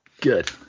Good